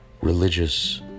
religious